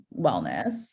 wellness